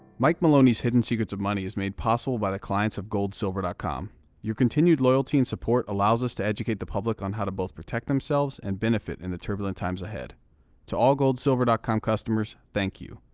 mike maloney's hidden secrets of money is made possible by the clients of goldsilver dot com your continued loyalty and support allows us to educate the public on how to both protect themselves and benefit in the turbulent times ahead to all goldsilver dot com customers thank you.